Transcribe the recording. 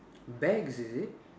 bags is it